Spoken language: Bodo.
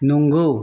नंगौ